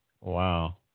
Wow